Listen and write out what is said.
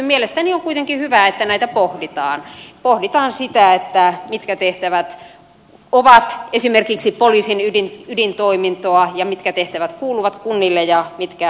mielestäni on kuitenkin hyvä että näitä pohditaan pohditaan sitä mitkä tehtävät ovat esimerkiksi poliisin ydintoimintoa ja mitkä tehtävät kuuluvat kunnille ja mitkä valtiolle